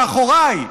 מאחוריי,